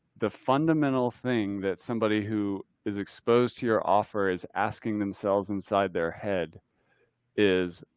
the fundamental thing that somebody who is exposed to your offer is asking themselves inside their head is,